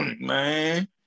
man